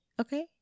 Okay